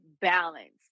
balance